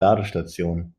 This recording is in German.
ladestation